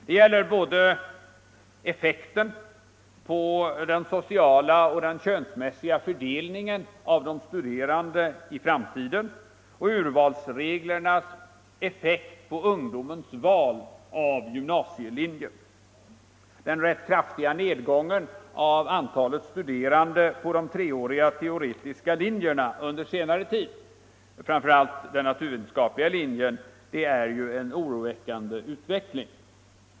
Det gäller både effekten på den sociala och könsmässiga fördelningen av antagna studerande i framtiden och urvalsreglernas effekt på ungdomens val av gymnasielinjer. Den rätt kraftiga nedgången av antalet studerande på de treåriga teoretiska linjerna — framför allt de naturvetenskapliga — under senare tid är oroande.